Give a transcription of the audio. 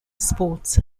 sports